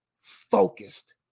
focused